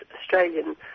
Australian